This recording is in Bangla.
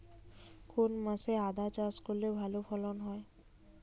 কোন মাসে আদা চাষ করলে ভালো ফলন হয়?